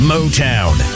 Motown